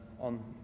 on